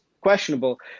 questionable